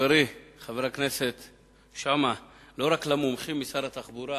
חברי חבר הכנסת שאמה, לא רק למומחים ממשרד התחבורה